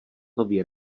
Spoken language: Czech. nový